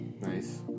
Nice